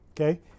Okay